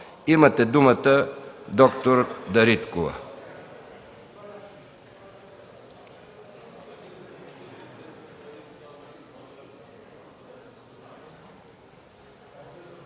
Имате думата, д-р Дариткова.